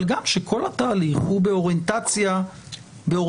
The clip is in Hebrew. אבל גם שכל התהליך הוא באוריינטציה שהולכת